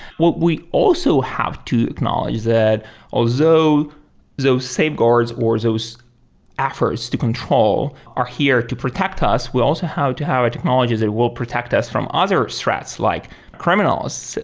what we also have to acknowledge is that although those so safeguards or those efforts to control are here to protect us, we also have to have a technology that will protect us from other threats, like criminals,